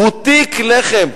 בוטיק לחם.